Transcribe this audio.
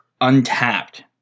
untapped